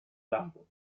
lago